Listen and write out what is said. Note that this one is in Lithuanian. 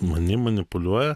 manim manipuliuoja